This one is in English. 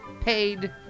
paid